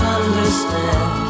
understand